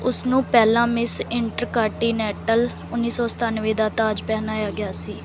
ਉਸ ਨੂੰ ਪਹਿਲਾਂ ਮਿਸ ਇੰਟਰਕਾਟੀਨੈਟਲ ਉੱਨੀ ਸੌ ਸਤਾਨਵੇਂ ਦਾ ਤਾਜ ਪਹਿਨਾਇਆ ਗਿਆ ਸੀ